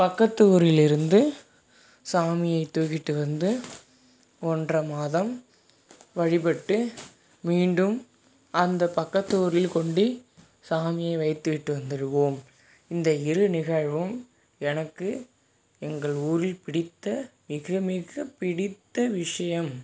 பக்கத்து ஊரிலிருந்து சாமியை தூக்கிட்டு வந்து ஒன்றரை மாதம் வழிபட்டு மீண்டும் அந்த பக்கத்து ஊரில் கொண்டு சாமியை வைத்து விட்டு வந்துடுவோம் இந்த இரு நிகழ்வும் எனக்கு எங்கள் ஊரில் பிடித்த மிக மிக பிடித்த விஷயம்